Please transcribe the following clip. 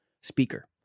speaker